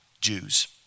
Jews